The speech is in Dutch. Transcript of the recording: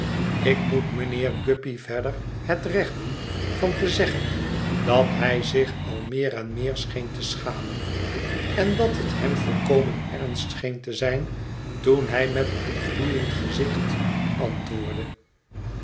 ik moet mijnheer guppy verder het recht doen van te zeggen dat hij zich al meer en meer scheen te schamen en dut het hem volkomen ernst scheen te zijn toen hij met een gloeiend gezicht antwoordde